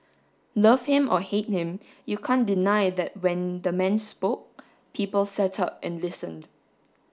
love him or hate him you can't deny that when the man spoke people sat up and listened